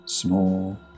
small